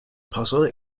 puzzle